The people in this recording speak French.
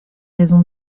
raison